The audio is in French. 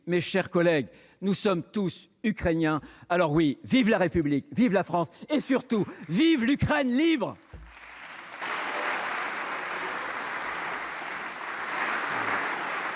mes chers collègues, nous sommes tous ukrainiens. Vive la République, vive la France, et surtout vive l'Ukraine libre !